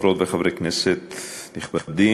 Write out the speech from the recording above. חברות וחברי כנסת נכבדים,